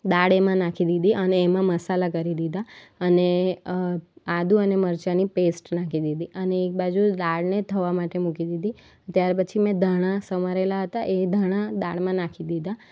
દાળ એમાં નાખી દીધી અને એમાં મસાલા કરી દીધા અને આદું અને મરચાની પેસ્ટ નાખી દીધી અને એક બાજુ દાળને થવા માટે મૂકી દીધી ત્યારપછી મેં ધાણા સમારેલા હતા એ ધાણા દાળમાં નાખી દીધા